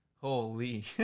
Holy